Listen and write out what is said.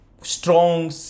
strong